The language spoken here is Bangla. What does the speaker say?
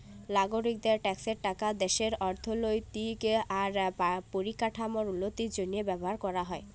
লাগরিকদের ট্যাক্সের টাকা দ্যাশের অথ্থলৈতিক আর পরিকাঠামোর উল্লতির জ্যনহে ব্যাভার ক্যরা হ্যয়